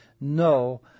no